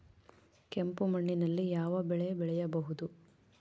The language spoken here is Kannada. ಕೆಂಪು ಮಣ್ಣಿನಲ್ಲಿ ಯಾವ ಬೆಳೆ ಬೆಳೆಯಬಹುದು?